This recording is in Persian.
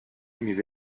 میوه